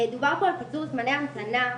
דובר פה על קיצור זמני המתנה.